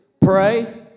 Pray